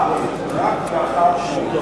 אנחנו אומרים: הנצחה רק לאחר מות.